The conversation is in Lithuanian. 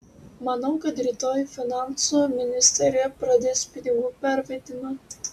manau kad rytoj finansų ministerija pradės pinigų pervedimą